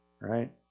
Right